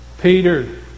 Peter